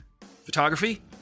photography